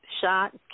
shot